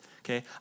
Okay